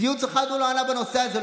ציוץ אחד הוא לא העלה בנושא הזה.